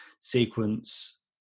sequence